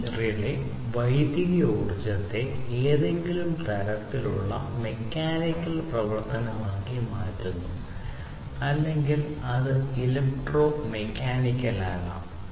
ഈ റിലേ വൈദ്യുതോർജ്ജത്തെ ഏതെങ്കിലും തരത്തിലുള്ള മെക്കാനിക്കൽ പ്രവർത്തനമാക്കി മാറ്റുന്നു അല്ലെങ്കിൽ അത് ഇലക്ട്രോ മെക്കാനിക്കൽ ആകാം